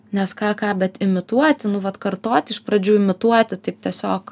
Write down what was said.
nes ką ką bet imituoti nu vat kartot iš pradžių imituoti taip tiesiog